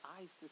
eyes